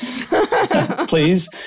Please